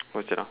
what's that ah